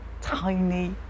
tiny